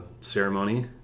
ceremony